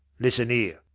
listen ere.